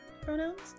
pronouns